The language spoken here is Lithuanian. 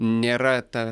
nėra ta